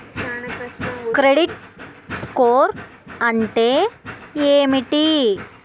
Credit score అంటే ఏమిటి?